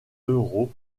euros